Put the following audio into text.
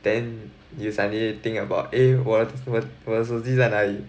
then you suddenly think about eh 我的我的手机在哪里